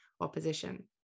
opposition